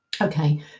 okay